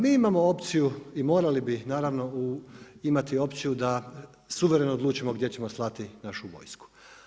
Mi imamo opciju i morali bi naravno imati opciju da suvereno odlučimo gdje ćemo slati našu vojsku.